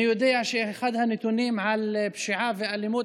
אני יודע שאחד הנתונים על פשיעה ואלימות